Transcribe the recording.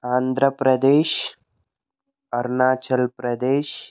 Andhra Pradesh Arunachal Pradesh